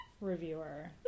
reviewer